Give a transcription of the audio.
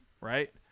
right